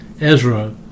Ezra